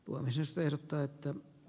puomisysteemin täyttää